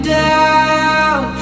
down